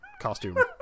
costume